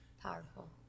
Powerful